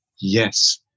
yes